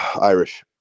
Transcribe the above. Irish